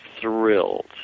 thrilled